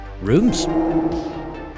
rooms